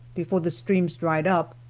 before the streams dried up,